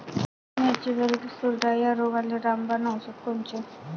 मिरचीवरील चुरडा या रोगाले रामबाण औषध कोनचे?